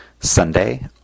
Sunday